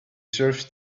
serve